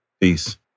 Peace